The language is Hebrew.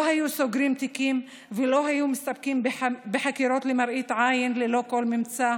לא היו סוגרים תיקים ולא היו מסתפקים בחקירות למראית עין ללא כל ממצא,